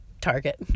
Target